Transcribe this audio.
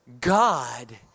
God